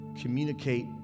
communicate